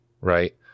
right